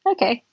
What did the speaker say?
Okay